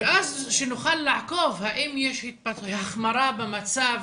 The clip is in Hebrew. ואז שנוכל לעקוב האם יש החמרה במצב,